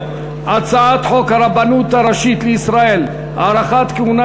בהצעת חוק הרבנות הראשית לישראל (הארכת כהונה